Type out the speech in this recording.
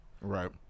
Right